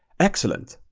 excellent.